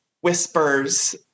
whispers